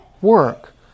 work